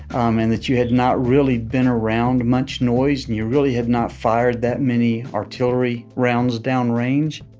um and that you had not really been around much noise, and you really had not fired that many artillery rounds downrange